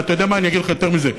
ואתה יודע מה, אני אגיד לך יותר מזה.